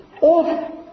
Off